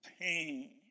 pain